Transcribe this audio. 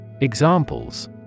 Examples